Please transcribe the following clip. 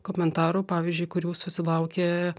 komentarų pavyzdžiui kurių susilaukė